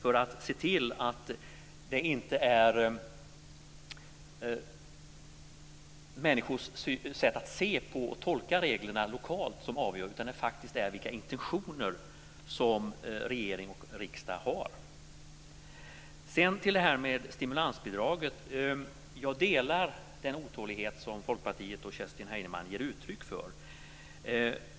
Vi ska se till att det inte är människors sätt att se på och tolka reglerna lokalt som avgör utan att det faktiskt är de intentioner som regering och riksdag har. Sedan till stimulansbidraget. Jag delar den otålighet som Folkpartiet och Kerstin Heinemann ger uttryck för.